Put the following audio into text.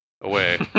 away